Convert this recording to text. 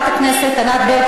מה זה?